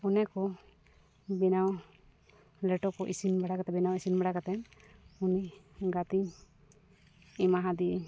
ᱚᱱᱮ ᱠᱚ ᱵᱮᱱᱟᱣ ᱞᱮᱴᱚ ᱠᱚ ᱤᱥᱤᱱ ᱵᱟᱲᱟ ᱠᱟᱛᱮᱫ ᱵᱮᱱᱟᱣ ᱤᱥᱤᱱ ᱵᱟᱲᱟ ᱠᱟᱛᱮᱫ ᱩᱱᱤ ᱜᱟᱛᱮᱧ ᱮᱢᱟᱫᱤᱭᱟᱹᱧ